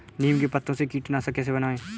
नीम के पत्तों से कीटनाशक कैसे बनाएँ?